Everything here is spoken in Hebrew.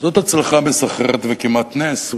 זו הצלחה מסחררת וכמעט נס.